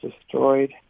destroyed